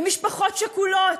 במשפחות שכולות,